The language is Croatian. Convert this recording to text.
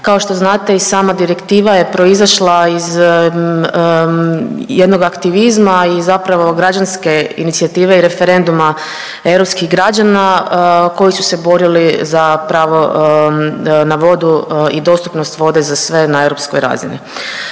Kao što znate i sama direktiva je proizašla iz jednog aktivizma i zapravo građanske inicijative i referenduma europskih građana koji su se borili za pravo na vodu i dostupnost vode za sve na europskoj razini.